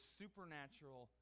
supernatural